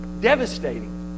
devastating